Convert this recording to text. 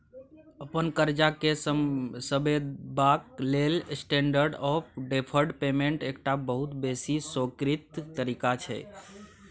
अपन करजा केँ सधेबाक लेल स्टेंडर्ड आँफ डेफर्ड पेमेंट एकटा बहुत बेसी स्वीकृत तरीका छै